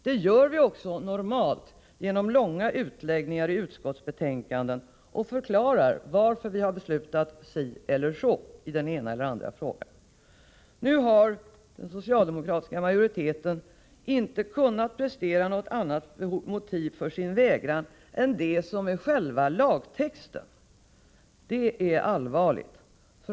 Det gör vi också normalt genom långa utläggningar i utskottsbetänkanden. Vi förklarar varför vi har beslutat si eller så i den ena eller andra frågan. Nu har den socialdemokratiska majoriteten inte kunnat prestera något annat motiv för sin vägran än det som är själva lagtexten. Detta är allvarligt.